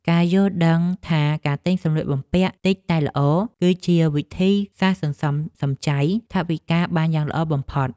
ការយល់ដឹងថាការទិញសម្លៀកបំពាក់តិចតែល្អ គឺជាវិធីសាស្ត្រសន្សំសំចៃថវិកាបានយ៉ាងល្អបំផុត។